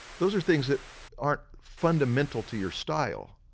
those are things that aren't fundamental to your style,